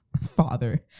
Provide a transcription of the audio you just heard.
father